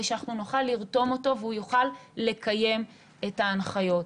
שאנחנו נוכל לרתום אותו והוא יוכל לקיים את ההנחיות.